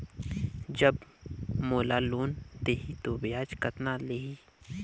जब मोला लोन देही तो ब्याज कतना लेही?